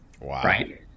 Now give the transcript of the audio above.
Right